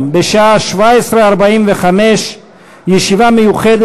35 בעד,